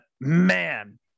man